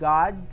God